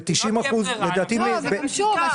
אם לא תהיה ברירה, אנחנו נעשה חקיקה.